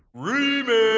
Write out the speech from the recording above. remix